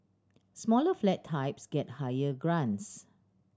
smaller flat types get higher grants